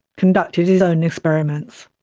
conducted his own experiments.